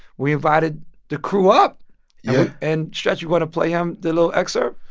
we invited the crew up yeah and, stretch, you want to play him the little excerpt?